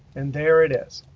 and there it is.